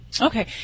Okay